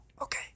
Okay